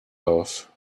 auf